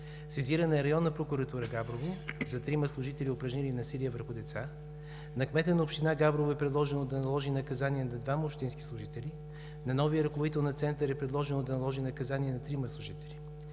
Сезирана е Районната прокуратура – Габрово, за трима служители, упражнили насилие върху деца. На кмета на община Габрово е предложено да наложи наказание на двама общински служители. На новия ръководител на Центъра е предложено да наложи наказание на трима служители.